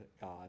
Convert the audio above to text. God